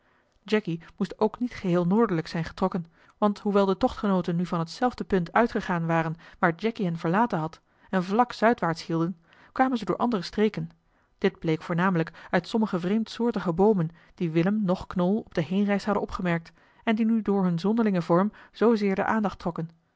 jacky moest ook niet geheel noordelijk zijn getrokken want hoewel de tochtgenooten nu van hetzelfde punt uitgegaan waren waar jacky hen verlaten had en vlak zuidwaarts hielden kwamen ze door andere streken dit bleek voornamelijk uit sommige vreemdsoortige boomen die willem noch knol op de heenreis hadden opgemerkt en die nu door hun zonderlingen vorm zoozeer de aandacht trokken